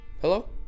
Hello